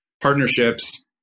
partnerships